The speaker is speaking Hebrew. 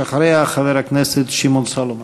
אחריה, חבר הכנסת שמעון סולומון.